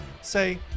say